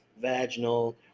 Vaginal